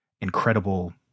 incredible